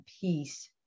peace